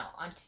on